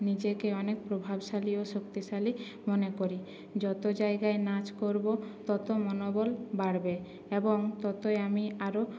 নিজেকে অনেক প্রভাবশালী ও শক্তিশালী মনে করি যত জায়গায় নাচ করবো তত মনোবল বাড়বে এবং ততই আমি আরও